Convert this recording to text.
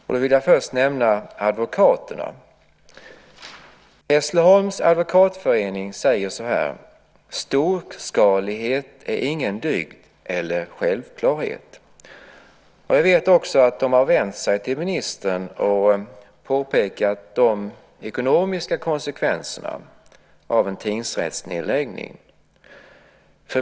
Jag vill först nämna advokaterna. Hässleholms advokatförening säger så här: Storskalighet är ingen dygd eller självklarhet. Jag vet också att de har vänt sig till ministern och påpekat de ekonomiska konsekvenserna av en tingsrättsnedläggning.